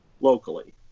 locally